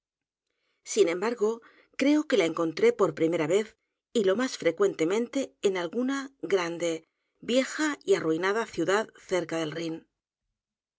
sin embargo creo que la encontré por primera vez y lo m á s frecuentemente en a l g u n a g r a n d e vieja y arruinada ciudad cerca del rin